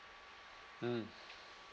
mm